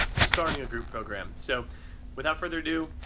starting a group program. so with out further ado,